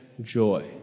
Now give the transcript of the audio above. joy